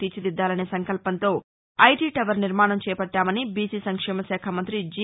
తీర్చిదిద్దాలనే సంకల్పంతో IT tower నిర్మాణం చేపట్లామని బీసీ సంక్షేమ శాఖ మంత్రి జి